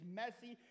messy